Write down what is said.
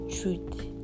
truth